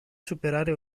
superare